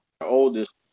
oldest